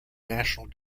national